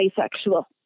asexual